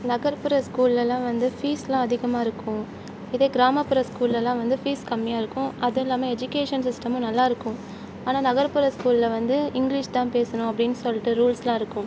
எங்கள் அக்கா இருக்கிற ஸ்கூல்லெலாம் வந்து ஃபீஸ்லாம் அதிகமாக இருக்கும் இதே கிராமப்புற ஸ்கூல்லெலாம் வந்து ஃபீஸ் கம்மியாருக்கும் அதுவும் இல்லாமல் எஜிகேஷன் சிஸ்டமும் நல்லாயிருக்கும் ஆனால் நகர்ப்புற ஸ்கூலில் வந்து இங்கிலீஷ் தான் பேசணும் அப்படினு சொல்லிட்டு ரூல்ஸ்லாம் இருக்கும்